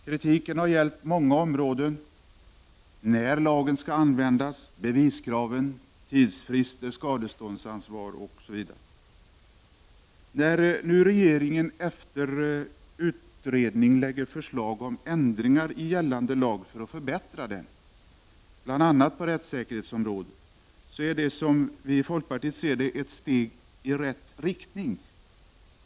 Kritiken har gällt många områden — när lagen skall få användas, beviskrav, tidsfrister, skadeståndsansvar osv. Att nu regeringen efter utredning lägger fram förslag om ändringar i gällande lag för att förbättra denna, bl.a. på rättssäkerhetsområdet, ser vi i folkpartiet som ett steg i rätt riktning.